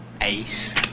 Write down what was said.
Ace